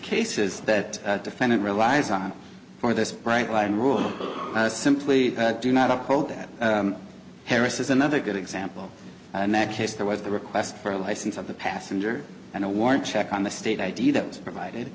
cases that defendant relies on for this bright line rule simply do not uphold that harris is another good example and that case there was the request for a license of the passenger and a warrant check on the state id that was provided